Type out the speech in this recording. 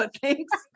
Thanks